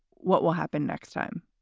what will happen next time?